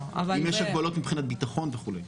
אם יש הגבלות מבחינת ביטחון וכולי.